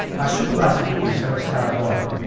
our supervising producer is tara boyle.